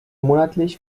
monatlich